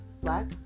Black